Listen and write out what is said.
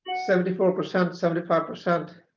seventy four percent, seventy five percent,